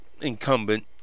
incumbent